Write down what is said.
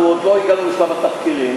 אנחנו עוד לא הגענו לשלב התחקירים,